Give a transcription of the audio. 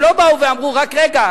הן לא באו ואמרו: רק רגע,